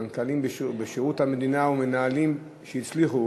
מנכ"לים בשירות המדינה ומנהלים מצליחים